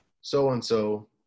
so-and-so